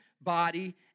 body